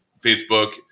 Facebook